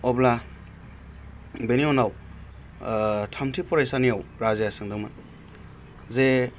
अब्ला बेनि उनाव थामथि फरायसानियाव राजाया सोंदोंमोन जे